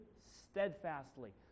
steadfastly